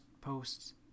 posts